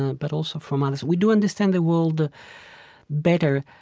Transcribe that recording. ah but also from others we do understand the world better,